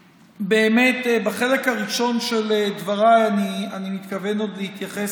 בחלק הראשון של דבריי אני מתכוון עוד להתייחס,